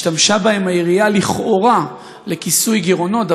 השתמשה בהם העירייה לכאורה לכיסוי גירעונות,